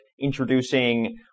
introducing